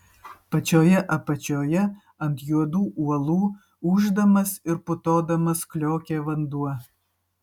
pačioje apačioje ant juodų uolų ūždamas ir putodamas kliokė vanduo